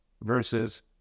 versus